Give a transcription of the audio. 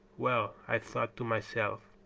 well, i thought to myself,